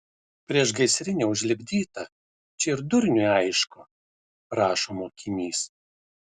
priešgaisrinė užlipdyta čia ir durniui aišku rašo mokinys